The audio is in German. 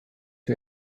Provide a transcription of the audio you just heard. wir